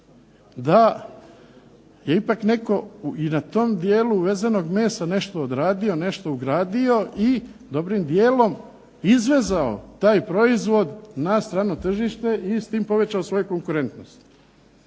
da je ipak i na tom dijelu uvezenog mesa nešto odradio, nešto uradio i dobrim dijelom izvezao taj proizvod na strano tržište i s time povećao svoju konkurentnost.